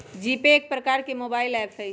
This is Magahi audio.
जीपे एक प्रकार के मोबाइल ऐप हइ